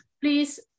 please